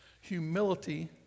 Humility